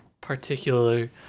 particular